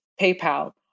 PayPal